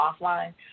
offline